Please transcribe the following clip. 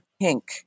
pink